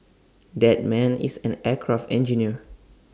that man is an aircraft engineer